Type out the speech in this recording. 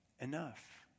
Enough